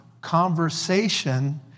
conversation